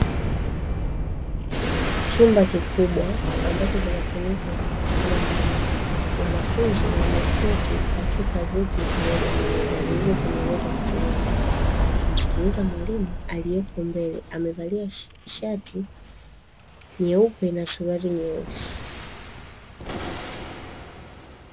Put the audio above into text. Chumba kikubwa ambacho kinatumika kama darasa. Wanafunzi wameketi katika viti pamoja na meza zilizotengenezwa kwa kutumia mbao, wakimsikiliza mwalimu aliyeko mbele; amevalia shati nyeupe na suruali nyeusi.